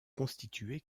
constitué